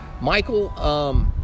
Michael